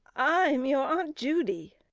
i'm your aunt judy.